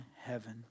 heaven